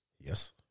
Yes